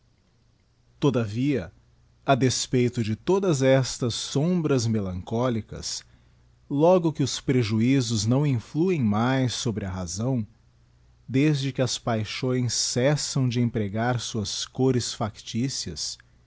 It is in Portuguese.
todavia a despeito de todas estas sombras melancólicas logo que os prejuizos não influem mais sobre a razão desde que as paixões cessam de empregar suas cores factícias